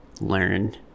learn